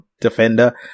defender